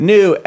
New